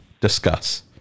Discuss